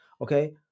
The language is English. okay